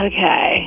Okay